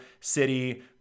city